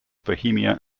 bohemia